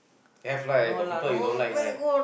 have right got people you don't like right